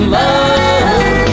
love